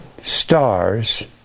stars